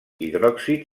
hidròxid